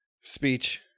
Speech